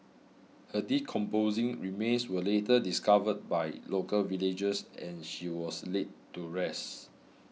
her decomposing remains were later discovered by local villagers and she was laid to rest